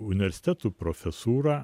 universitetų profesūra